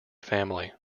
family